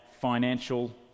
financial